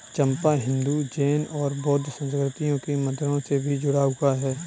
चंपा हिंदू, जैन और बौद्ध संस्कृतियों के मंदिरों से भी जुड़ा हुआ है